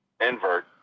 invert